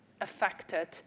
affected